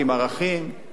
תרבות יהודית